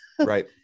Right